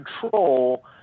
control